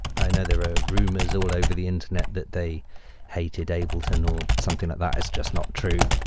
i know there are rumors all over the internet that they hated ableton or something at that. it's just not true.